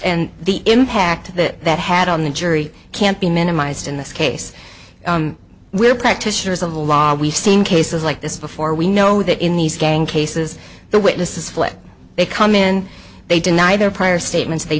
and the impact that that had on the jury can't be minimized in this case we're practitioners of law we've seen cases like this before we know that in these gang cases the witnesses flip they come in they deny their prior statements they